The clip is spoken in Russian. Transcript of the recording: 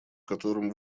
которым